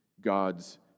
God's